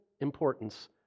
importance